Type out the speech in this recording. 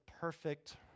perfect